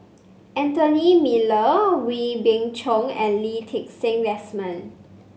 Anthony Miller Wee Beng Chong and Lee Ti Seng Desmond